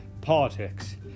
politics